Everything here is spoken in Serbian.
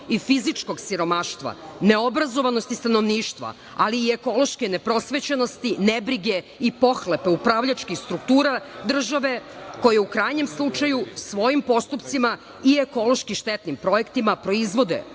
i fizičkog siromaštva, neobrazovanosti stanovništva, ali i ekološke neprosvećenosti, nebrige i pohlepe upravljačkih struktura države koja u krajnjem slučaju svojim postupcima i ekološki štetnim projektima proizvode